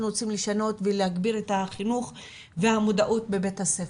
רוצים לשנות ולהגביר את החינוך והמודעות בבית הספר?